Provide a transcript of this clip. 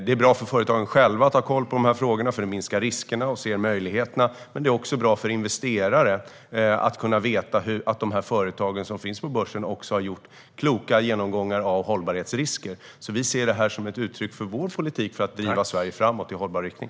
Det är bra för företagen själva att ha koll på de här frågorna, för det minskar riskerna och gör att man ser möjligheterna, men det är också bra för investerare att veta att de företag som finns på börsen har gjort kloka genomgångar av hållbarhetsrisker. Vi ser det här som ett uttryck för vår politik för att driva Sverige framåt i hållbar riktning.